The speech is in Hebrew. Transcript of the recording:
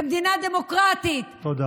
במדינה דמוקרטית, תודה.